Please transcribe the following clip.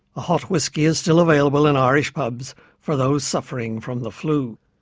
a hot whiskey is still available in irish pubs for those suffering from the flu.